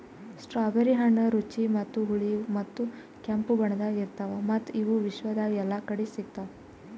strawberry ಹಣ್ಣ ರುಚಿ ಮತ್ತ ಹುಳಿ ಮತ್ತ ಕೆಂಪು ಬಣ್ಣದಾಗ್ ಇರ್ತಾವ್ ಮತ್ತ ಇವು ವಿಶ್ವದಾಗ್ ಎಲ್ಲಾ ಕಡಿ ಸಿಗ್ತಾವ್